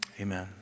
Amen